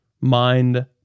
Mind